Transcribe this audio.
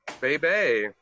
baby